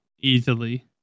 easily